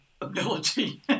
ability